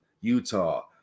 Utah